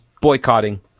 boycotting